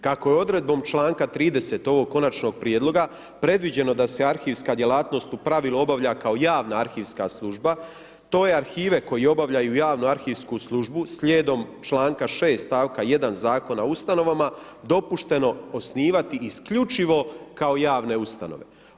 Kako je odredbom čl. 30. ovog Konačnog prijedloga predviđeno da se arhivska djelatnost u pravilu obavlja kao javna arhivska služba, to je arhive koji obavljaju javnu arhivsku službu slijedom čl. 6., st. 1. Zakona o ustanovama dopušteno osnivati isključivo kao javne ustanove.